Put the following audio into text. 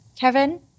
Kevin